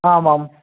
आमाम्